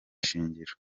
ishingiro